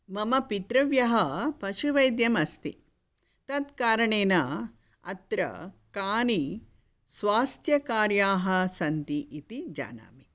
मम पितृव्यः पशुवैद्यम् अस्ति तत्कारणेन अत्र कानि स्वास्थ्यकार्याः सन्ति इति जानामि